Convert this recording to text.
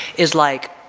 is like,